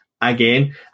Again